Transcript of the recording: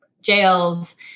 jails